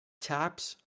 taps